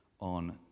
on